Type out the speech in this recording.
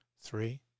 Three